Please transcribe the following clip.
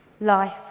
life